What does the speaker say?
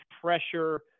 pressure